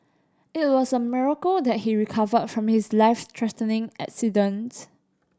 it was a miracle that he recovered from his life threatening accident